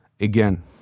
again